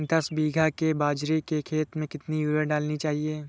दस बीघा के बाजरे के खेत में कितनी यूरिया डालनी चाहिए?